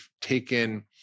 taken